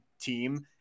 team